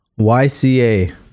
YCA